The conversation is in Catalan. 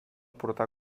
portar